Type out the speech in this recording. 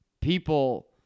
people